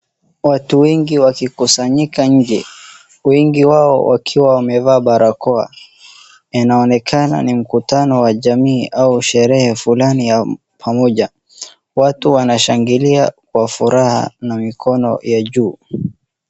Watu wengi wakikusanyika nje, wengi wao wakiwa wamevaa barakoa. Inaonekana ni mkutano wa jamii au sherehe fulani ya pamoja. Watu wanashangilia kwa furaha na mikono ya juu.